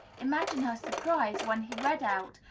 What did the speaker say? imagine her surprise when he read out,